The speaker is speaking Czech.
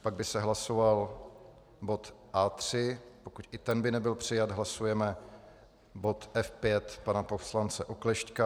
Pak by se hlasoval bod A3, pokud by i ten nebyl přijat, hlasujeme bod F5 pana poslance Oklešťka.